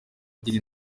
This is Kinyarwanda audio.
agira